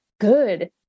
good